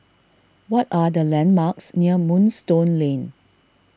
what are the landmarks near Moonstone Lane